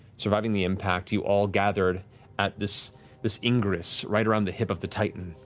surviving the impact, you all gathered at this this ingress right around the hip of the titan,